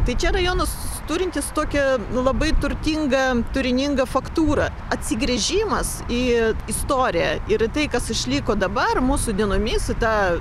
tai čia rajonas turintis tokią labai turtingą turiningą faktūrą atsigręžimas į istoriją ir į tai kas išliko dabar mūsų dienomis tą